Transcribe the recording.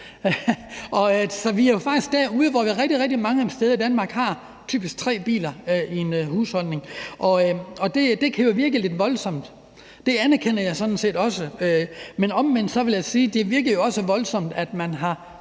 Så vi er jo faktisk derude, hvor man rigtig, rigtig mange steder i Danmark typisk har tre biler i en husholdning, og det kan jo virke lidt voldsomt, og det anerkender jeg sådan set også, men omvendt vil jeg også sige, at det virker voldsomt, at man har